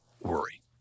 worry